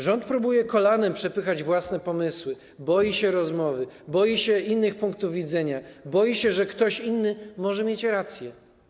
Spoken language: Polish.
Rząd próbuje kolanem przepychać własne pomysły, boi się rozmowy, boi się innych punktów widzenia, boi się, że ktoś inny może mieć rację.